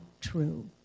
true